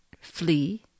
flee